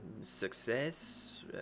success